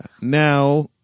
Now